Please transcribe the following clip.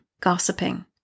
Gossiping